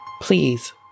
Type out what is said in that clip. Please